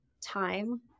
time